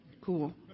Cool